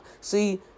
See